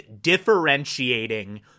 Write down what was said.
differentiating